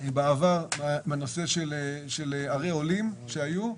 בעבר מהנושא של ערי עולים שהיו,